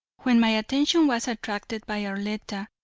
when my attention was attracted by arletta,